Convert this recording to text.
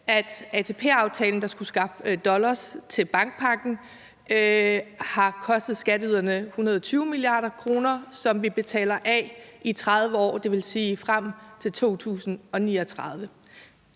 at ATP-aftalen, der skulle skaffe dollars til bankpakken, har kostet skatteyderne 120 mia. kr., som vi betaler af på i 30 år, dvs. frem til 2039.